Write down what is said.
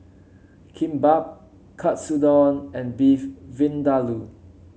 Kimbap Katsudon and Beef Vindaloo